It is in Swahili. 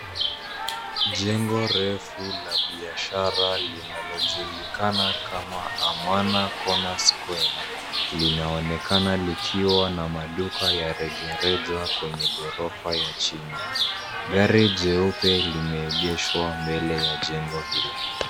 Jengo refu la biashara linalojulikana kama Amana Corner Square linaonekana likiwa na maduka ya rejareja kwenye ghorofa ya chini. Gari jeupe limeegeshwa mbele ya jengo hilo.